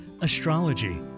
astrology